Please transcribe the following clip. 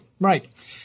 Right